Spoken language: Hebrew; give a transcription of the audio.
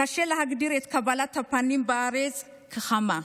קשה להגדיר את קבלת הפנים בארץ כחמה,